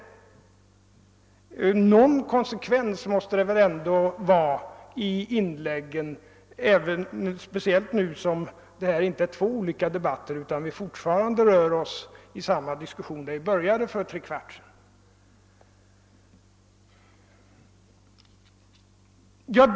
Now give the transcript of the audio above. Och någon konsekvens måste det väl ändå vara i inläggen, speciellt som det inte gäller två olika debatter utan vi fortfarande rör oss i samma diskussion som vi började för trekvarts timme sedan.